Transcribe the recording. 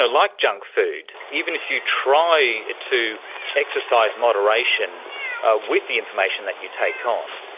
ah like junk food, even if you try to exercise moderation with the information that you take on,